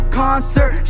concert